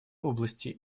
области